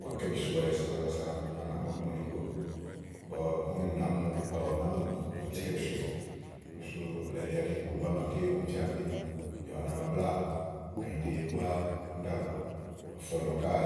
wàá kɛ́ bìsowɛ sasa sa sa à nàá mu ɔku maa úni go ígbɔ únì ɖàá mu ɔwɛ ɔwɔ nàá múù ú nà tíkɛ̀ bìsowɛ, ú nà tíkɛ̀ bìsowɛ sú elí ɛɖí bùwá màa ɔmi fía nì bìà u na babláà nànyiɖe búá uni ɖálɔ̀ɔ ɔ̀fɔ̀nɔ̀ káe